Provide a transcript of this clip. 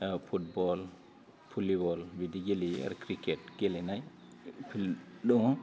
football volleyball बिदि गेलेयो आरो ख्रिखेट गेलेनाय दं